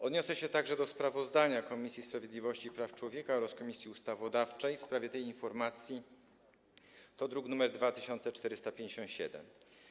Odniosę się także do sprawozdania Komisji Sprawiedliwości i Praw Człowieka oraz Komisji Ustawodawczej w sprawie tej informacji, druk nr 2467.